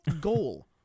goal